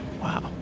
Wow